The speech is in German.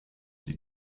sie